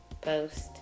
post